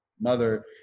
mother